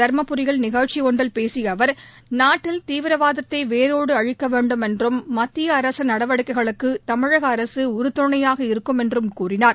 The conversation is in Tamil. தருமபுரியில் நிகழ்ச்சி ஒன்றில் பேசிய அவர் நாட்டில் தீவிரவாதத்தை வேரோடு அழிக்க வேண்டும் என்றும் மத்திய அரசின் நடவடிக்கைகளுக்கு தமிழக அரசு உறுதணையாக இருக்கும் என்றும் கூறினார்